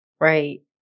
Right